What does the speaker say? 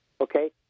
okay